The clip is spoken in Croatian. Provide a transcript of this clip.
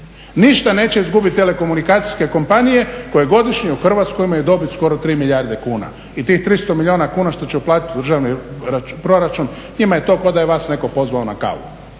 ništa neće izgubiti telekomunikacijske kompanije koje godišnje u Hrvatskoj imaju dobit skoro 3 milijarde kuna i tih 300 milijuna kuna što će uplatiti u državni proračun njima je to kao da je vas netko pozvao na kavu.